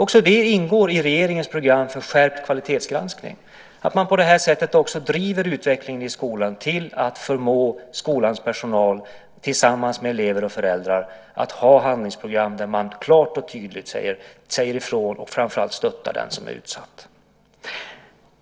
Också det ingår i regeringens program för skärpt kvalitetsgranskning, att man på det här sättet också driver utvecklingen i skolan till att förmå skolans personal tillsammans med elever och föräldrar att ha handlingsprogram där man klart och tydligt säger ifrån och framför allt stöttar den som är utsatt.